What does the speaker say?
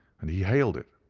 and he hailed it.